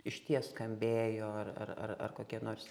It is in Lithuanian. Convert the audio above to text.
išties skambėjo ar ar ar ar kokie nors